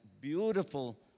beautiful